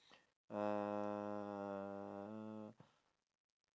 uh